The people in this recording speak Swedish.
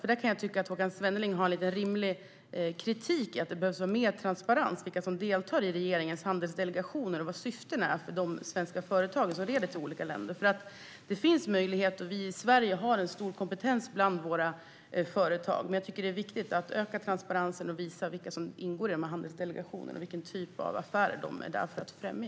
Där tycker jag att Håkan Svenneling har lite rimlig kritik när det gäller att det behövs mer transparens i fråga om vilka som deltar i regeringens handelsdelegationer och vad syftet är för de svenska företag som deltar i de handelsdelegationer som reser till olika länder. Det finns nämligen stora möjligheter, och det finns en stor kompetens hos våra svenska företag. Men jag tycker att det är viktigt att öka transparensen och visa vilka som ingår i dessa handelsdelegationer och vilken typ av affärer de är där för att främja.